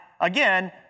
Again